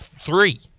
three